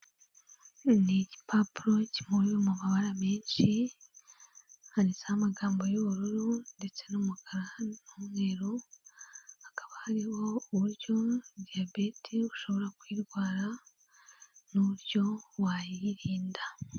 Ni igipapuro kiri mu mu mabara menshi, handitseho amagambo y'ubururu ndetse n'umukara n'umweru, hakaba hariho uburyo Diyabete ushobora kuyirwara n'uburyo wayirinda.